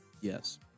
Yes